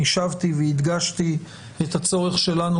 אני שבתי והדגשתי את הצורך שלנו,